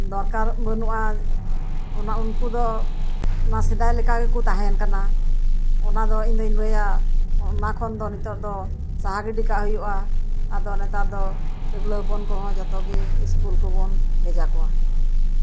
ᱫᱚᱨᱠᱟᱨ ᱵᱟᱱᱩᱜᱼᱟ ᱚᱱᱟ ᱩᱱᱠᱩ ᱫᱚ ᱚᱱᱟ ᱥᱮᱫᱟᱭ ᱞᱮᱠᱟ ᱜᱮᱠᱚ ᱛᱟᱦᱮᱸᱱ ᱠᱟᱱᱟ ᱚᱱᱟ ᱫᱚ ᱤᱧ ᱫᱩᱧ ᱞᱟᱹᱭᱟ ᱚᱱᱟ ᱠᱷᱚᱱ ᱫᱚ ᱱᱤᱛᱚᱜ ᱫᱚ ᱥᱟᱦᱟ ᱜᱤᱰᱤ ᱠᱟᱜ ᱦᱩᱭᱩᱜᱼᱟ ᱟᱫᱚ ᱱᱮᱛᱟᱨ ᱫᱚ ᱛᱤᱨᱞᱟᱹ ᱦᱚᱯᱚᱱ ᱠᱚᱦᱚᱸ ᱡᱚᱛᱚ ᱜᱮ ᱤᱥᱠᱩᱞ ᱠᱚᱵᱚᱱ ᱵᱷᱮᱡᱟ ᱠᱚᱣᱟ